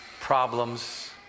problems